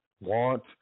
want